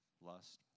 lust